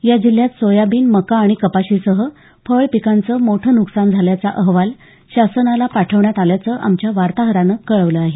या जिल्ह्यात सोयाबीन मका आणि कपाशीसह फळपिकांचं मोठं नुकसान झाल्याचा अहवाल शासनाला पाठवण्यात आल्याचं आमच्या वातोहरानं कळवलं आहे